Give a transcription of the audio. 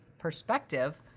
perspective